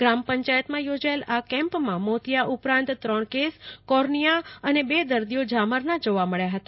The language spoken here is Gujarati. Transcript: ગ્રામપંચાયતમાં યોજાયેલા આ કેમ્પમાં મોતિયા ઉપરાંત ત્રણ કેસ કોર્નિંથા અને બે દર્દીઓ ઝામરનાં જોવા મળ્યા હતા